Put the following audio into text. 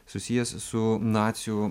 susijęs su nacių